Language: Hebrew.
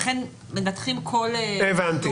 לכן מנתחים כל --- הבנתי.